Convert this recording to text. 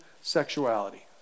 sexuality